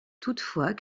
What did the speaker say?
toutefois